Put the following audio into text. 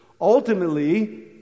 Ultimately